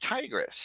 Tigress